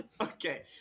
Okay